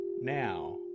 Now